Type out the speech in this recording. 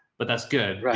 but that's good.